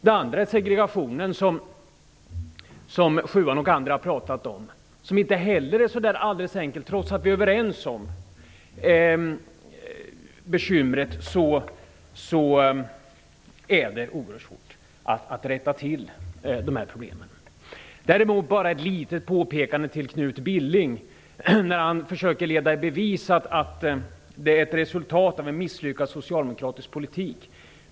Det andra är segregationen, som Juan Fonseca och andra har talat om, som inte heller är så där alldeles enkelt. Trots att vi är överens om bekymren är det oerhört svårt att rätta till problemen. Ett litet påpekande till Knut Billing när han försöker leda i bevis att detta är ett resultat av en misslyckad socialdemokratisk politik.